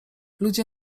ludzie